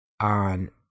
on